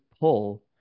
pull